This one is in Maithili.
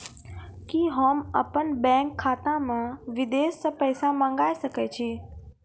कि होम अपन बैंक खाता मे विदेश से पैसा मंगाय सकै छी?